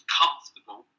comfortable